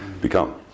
become